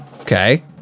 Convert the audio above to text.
Okay